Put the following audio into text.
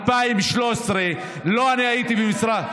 לא, הצעה